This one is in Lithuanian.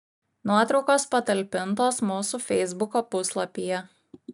nuotraukos patalpintos mūsų feisbuko puslapyje